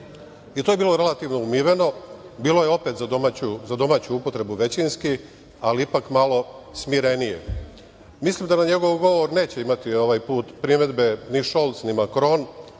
to je bilo relativno umiveno, bilo je opet većinski za domaću upotrebu, ali ipak malo smirenije. Mislim da na njegov govor neće imati ovaj put primedbe ni Šolc, ni Makron,